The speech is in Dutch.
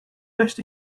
best